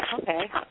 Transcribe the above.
okay